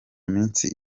minsi